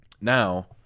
Now